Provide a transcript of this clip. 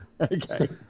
Okay